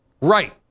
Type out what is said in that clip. Right